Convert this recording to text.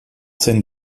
scène